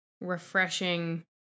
refreshing